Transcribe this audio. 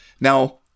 Now –